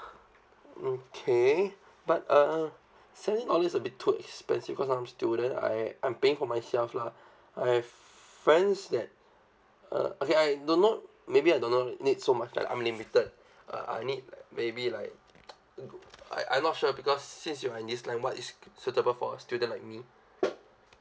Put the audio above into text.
okay but uh seventy dollars is a little bit too expensive cause I'm student I I'm paying for myself lah I have friends that uh okay I don't know maybe I do not need so much like unlimited uh I need like maybe like I I'm not sure because since you are in this line what is suitable for a student like me